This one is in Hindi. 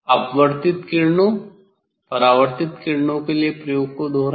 अपवर्तित किरणों परावर्तित किरणों के लिए प्रयोग को दोहराए